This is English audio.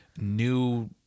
New